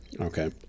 Okay